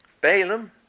Balaam